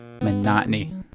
Monotony